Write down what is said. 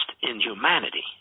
inhumanity